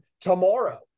tomorrow